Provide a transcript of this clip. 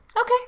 Okay